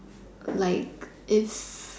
like is